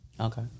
Okay